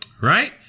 right